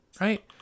right